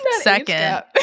second